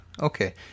okay